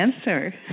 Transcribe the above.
answer